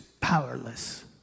powerless